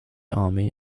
army